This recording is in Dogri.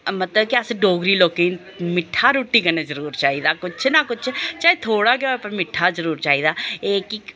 मतलब कि अस डोगरी लोकें मिट्ठा रुट्टी कन्नै जरूर चाहिदा किश ना किश चाहे थोह्ड़ा गै हो पर मिट्ठा जरूर चाहिदा एह् कि